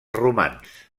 romans